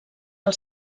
els